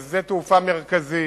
זה שדה תעופה מרכזי.